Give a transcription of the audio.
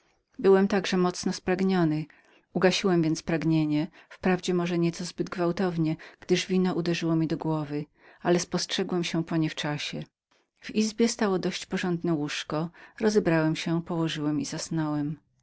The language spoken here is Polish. byłem także mocno spragniony ugasiłem więc pragnienie wprawdzie może nieco zbyt gwałtownie gdyż wino uderzyło mi do głowy ale spostrzegłem się po niewczasie w izbie stało dość porządne łóżko rozebrałem się położyłem i zasnąłem